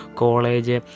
college